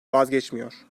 vazgeçmiyor